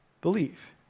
believe